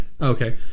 okay